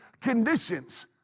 conditions